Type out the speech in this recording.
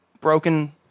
broken